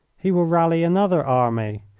he will rally another army,